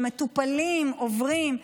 שמטופלים עוברים,